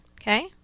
Okay